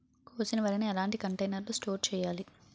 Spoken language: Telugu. కోసిన వరిని ఎలాంటి కంటైనర్ లో స్టోర్ చెయ్యాలి?